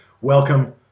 Welcome